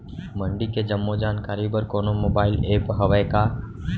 मंडी के जम्मो जानकारी बर कोनो मोबाइल ऐप्प हवय का?